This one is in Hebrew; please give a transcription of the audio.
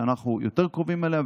שאנחנו יותר קרובים אליה,